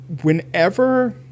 Whenever